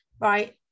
right